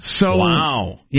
Wow